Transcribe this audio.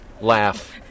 laugh